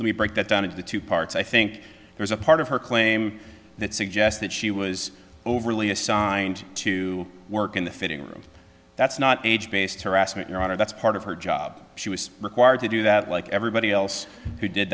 let me break that down into two parts i think there's a part of her claim that suggests that she was overly assigned to work in the fitting room that's not age based harassment your honor that's part of her job she was required to do that like everybody else who did